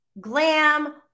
glam